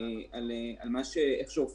למי שכבר